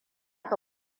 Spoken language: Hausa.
ka